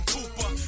Cooper